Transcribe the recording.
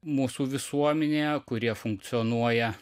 mūsų visuomenėje kurie funkcionuoja